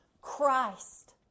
Christ